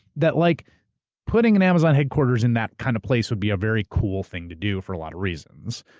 that like putting an amazon headquarters in that kind of place would be a very cool thing to do for a lot of reasons.